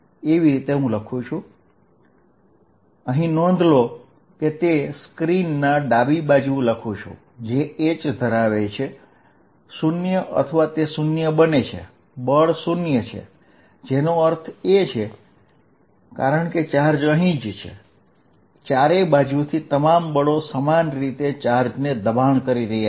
Fvertical2πqλhR4π0h2R232Q q h4π0h2R232 અહિં નોંધો કે હું તે સ્ક્રીનની ડાબી બાજુ લખું છું કે જયારે h0 હોય અથવા તે 0 હોય બળ 0 થાય છે જેનો અર્થ છે કારણ કે ચાર્જ અહીં જ છે ચારે બાજુથી તમામ બળો સમાન રીતે ચાર્જને દબાણ કરી રહ્યા છે